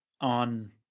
on